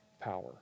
power